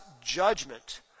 judgment